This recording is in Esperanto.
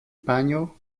panjo